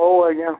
ହଉ ଆଜ୍ଞା